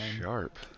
Sharp